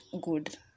good